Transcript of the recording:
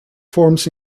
forms